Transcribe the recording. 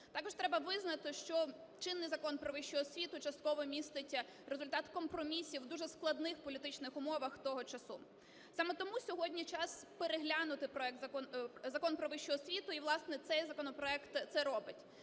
Також треба визнати, що чинний Закон "Про вищу освіту" частково містить результат компромісів в дуже складних політичних умовах того часу. Саме тому сьогодні час переглянути проект закону… Закон "Про вищу освіту", і, власне, цей законопроект це робить.